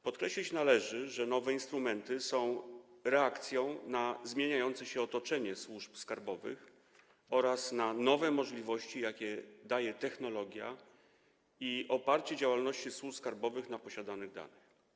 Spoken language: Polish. Podkreślić należy, że nowe instrumenty są reakcją na zmieniające się otoczenie służb skarbowych oraz na nowe możliwości, jakie dają technologia i oparcie działalności służb skarbowych na posiadanych danych.